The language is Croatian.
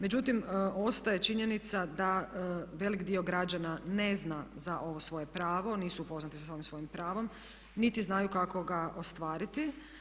Međutim, ostaje činjenica da velik dio građana ne zna za ovo svoje pravo, nisu upoznati sa ovim svojim pravom niti znaju kako ga ostvariti.